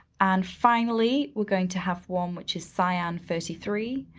and finally we're going to have one which is cyan thirty three,